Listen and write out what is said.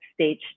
stage